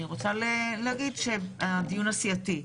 אני רוצה להגיד שהדיון הסיעתי,